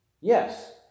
Yes